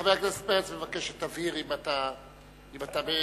חבר הכנסת פרץ מבקש שתבהיר, אם אתה יכול.